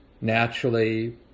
naturally